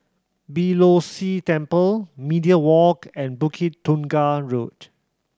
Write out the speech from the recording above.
Beeh Low See Temple Media Walk and Bukit Tunggal Road